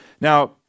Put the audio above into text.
Now